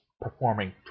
performing